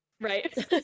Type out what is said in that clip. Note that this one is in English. Right